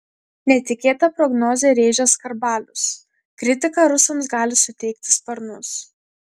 netikėtą prognozę rėžęs skarbalius kritika rusams gali suteikti sparnus